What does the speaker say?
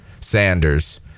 Sanders